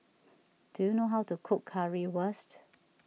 do you know how to cook Currywurst